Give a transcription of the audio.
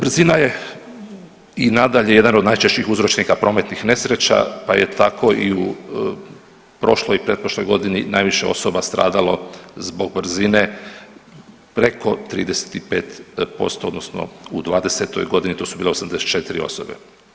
Brzina je i nadalje jedan od najčešćih uzročnika prometnih nesreća pa je tako i u prošloj i pretprošloj godini najviše osoba stradalo zbog brzine preko 35 posto odnosno u dvadesetoj godini to su bile 84 osobe.